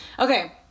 Okay